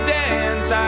dance